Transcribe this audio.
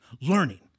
Learning